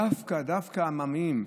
דווקא דווקא העממיים.